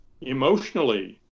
emotionally